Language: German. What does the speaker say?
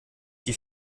die